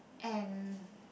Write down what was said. and